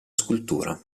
scultura